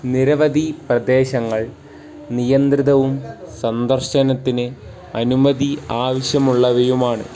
നിരവധി പ്രദേശങ്ങൾ നിയന്ത്രിതവും സന്ദർശനത്തിന് അനുമതി ആവശ്യമുള്ളവയുമാണ്